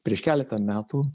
prieš keletą metų